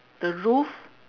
the roof